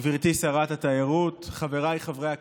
גברתי שרת התיירות, חבריי חברי הכנסת,